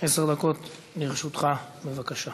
עשר דקות לרשותך, בבקשה.